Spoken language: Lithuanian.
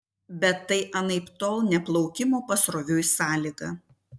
bet tai anaiptol ne plaukimo pasroviui sąlyga